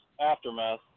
aftermath